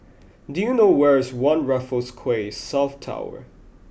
do you know where is One Raffles Quay South Tower